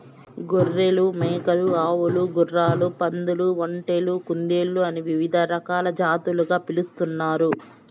గొర్రెలు, మేకలు, ఆవులు, గుర్రాలు, పందులు, ఒంటెలు, కుందేళ్ళు అని వివిధ రకాల జాతులుగా పిలుస్తున్నారు